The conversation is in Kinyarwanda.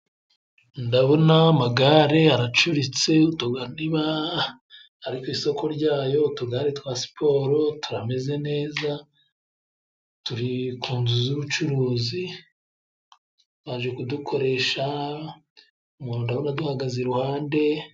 Ndabona amagare aracuritse ari ku isoko ryayo, utugari twa Siporo turameze neza, turi ku nzu z'ubucuruzi baje kudukoresha mu ndabona duhagaze iruhande.